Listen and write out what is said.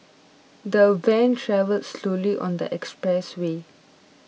the van travelled slowly on the expressway